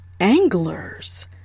Anglers